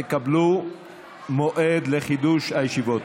תקבלו מועד לחידוש הישיבה.